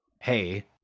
hey